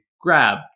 grab